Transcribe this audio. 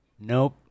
nope